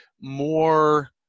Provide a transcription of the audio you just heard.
more